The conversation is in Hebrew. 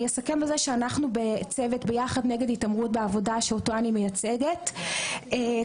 אני אסכם בזה שצוות "יחד נגד התעמרות בעבודה" שאותו אני מייצגת קוראות